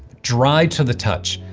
dry to the touch,